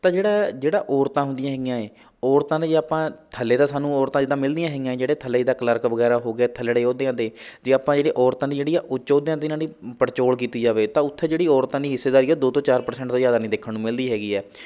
ਤਾਂ ਜਿਹੜਾ ਜਿਹੜਾ ਔਰਤਾਂ ਹੁੰਦੀਆਂ ਹੈਗੀਆਂ ਏ ਔਰਤਾਂ ਨੂੰ ਜੇ ਆਪਾਂ ਥੱਲੇ ਤਾਂ ਸਾਨੂੰ ਔਰਤਾਂ ਜਿੱਦਾਂ ਮਿਲਦੀਆਂ ਹੈਗੀਆਂ ਜਿਹੜੇ ਥੱਲੇ ਦਾ ਤਾਂ ਕਲਰਕ ਵਗੈਰਾ ਹੋ ਗਿਆ ਥੱਲੜੇ ਅਹੁਦਿਆ 'ਤੇ ਜੇ ਆਪਾਂ ਜਿਹੜੀ ਔਰਤਾਂ ਦੀ ਜਿਹੜੀ ਹੈ ਉੱਚ ਆਹੁਦੇ ਹੁੰਦੇ ਉਹਨਾਂ ਦੀ ਪੜਚੋਲ ਕੀਤੀ ਜਾਵੇ ਤਾਂ ਉੱਥੇ ਜਿਹੜੀ ਔਰਤਾਂ ਦੀ ਹਿੱਸੇਦਾਰੀ ਹੈ ਦੋ ਤੋਂ ਚਾਰ ਪ੍ਰਸੈਂਟ ਤੋਂ ਜ਼ਿਆਦਾ ਨਹੀਂ ਦੇਖਣ ਨੂੰ ਮਿਲਦੀ ਹੈਗੀ ਹੈ